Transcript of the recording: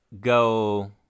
go